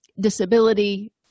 disability